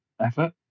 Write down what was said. effort